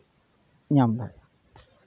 ᱧᱟᱢ ᱫᱟᱲᱮᱭᱟᱜᱼᱟ